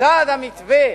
בצד המתווה